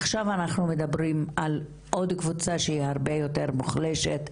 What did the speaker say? עכשיו אנחנו מדברים על עוד קבוצה שהיא הרבה יותר מוחלשת,